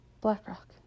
blackrock